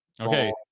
Okay